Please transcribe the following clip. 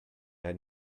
had